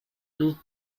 you